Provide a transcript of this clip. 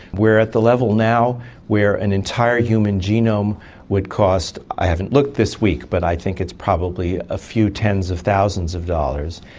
we're at the level now where an entire human genome would cost, i haven't looked this week, but i think it's probably a few tens of thousands of dollars.